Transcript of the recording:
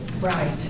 Right